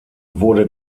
wurde